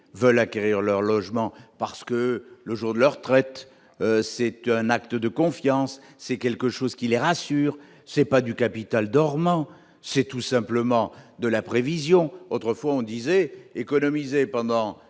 veulent acquérir leur logement pour leur retraite ; c'est un acte de confiance, c'est quelque chose qui les rassure. Il ne s'agit pas de capital dormant : c'est tout simplement de la prévision. Autrefois, on recommandait d'économiser pendant